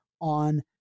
on